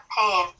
pain